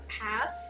path